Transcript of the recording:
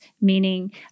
meaning